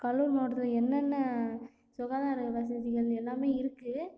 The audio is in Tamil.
கடலூர் மாவட்டத்தில் என்னென்ன சுகாதார வசதிகள் எல்லாமே இருக்குது